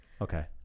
Okay